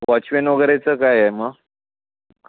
watchman वगैरेचं काय आहे मग